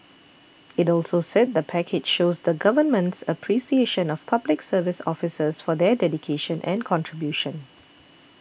it also said the package shows the Government's appreciation of Public Service officers for their dedication and contribution